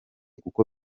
kuko